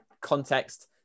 Context